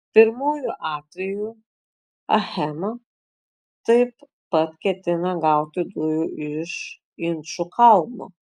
pirmuoju atveju achema taip pat ketina gauti dujų iš inčukalno